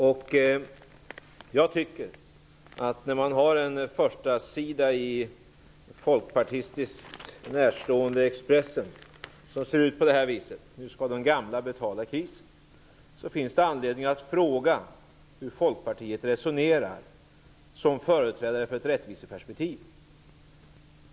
På första sidan av den Folkpartiet närstående Expressen står det: ''Nu ska de gamla betala krisen''. Det finns anledning att fråga hur Folkpartiet resonerar, som företrädare för ett rättviseperspektiv.